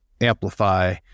amplify